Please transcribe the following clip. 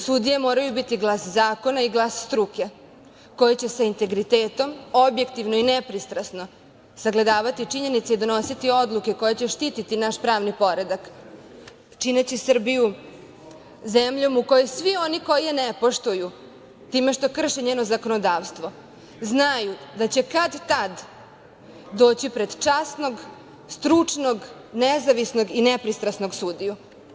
Sudije moraju biti glas zakona i glas struke, koji će sa integritetom, objektivno i nepristrasno sagledavati činjenice i donositi odluke koje će štititi naš pravni poredak, čineći Srbiju zemljom u kojoj svi oni koji je ne poštuju time što krše njeno zakonodavstvo znaju da će kad tad doći pred časnog, stručnog, nezavisnog i nepristrasnog sudiju.